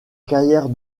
carrière